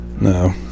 no